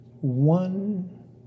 One